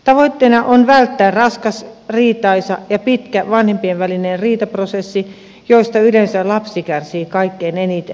tavoitteena on välttää raskas riitaisa ja pitkä vanhempien välinen riitaprosessi josta yleensä lapsi kärsii kaikkein eniten